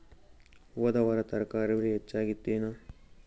ಹೊದ ವಾರ ತರಕಾರಿ ಬೆಲೆ ಹೆಚ್ಚಾಗಿತ್ತೇನ?